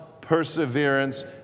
perseverance